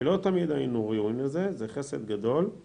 ‫לא תמיד היינו ראויים לזה, ‫זה חסד גדול.